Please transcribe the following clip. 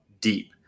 deep